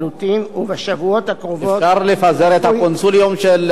אפשר לפזר את הקונסיליום של חבר הכנסת זאב בילסקי שם?